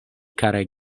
karaj